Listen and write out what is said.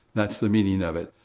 that's the meaning of it.